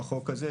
בחוק הזה,